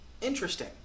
interesting